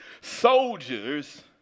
Soldiers